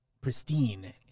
Pristine